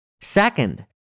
Second